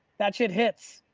that shit hits.